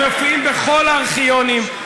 הם מופיעים בכל הארכיונים.